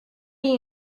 you